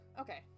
okay